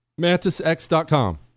MantisX.com